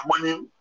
money